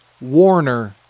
Warner